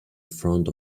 front